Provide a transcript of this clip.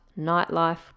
nightlife